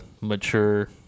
mature